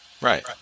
Right